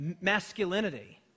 masculinity